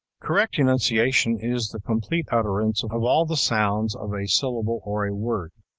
correct enunciation is the complete utterance of all the sounds of a syllable or a word.